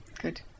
good